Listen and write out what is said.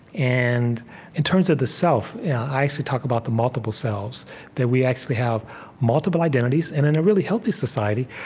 and in terms of the self, i actually talk about the multiple selves that we actually have multiple identities, and in a really healthy society,